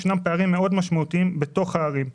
בכל זאת יש פערים מאוד משמעותיים בתוך הערים,